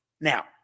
Now